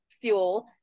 fuel